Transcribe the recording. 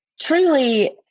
truly